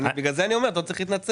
לכן אני אומר שאתה לא צריך להתנצל.